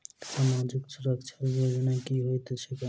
सामाजिक सुरक्षा योजना की होइत छैक?